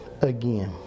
again